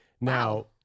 Now